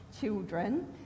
children